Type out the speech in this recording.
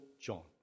John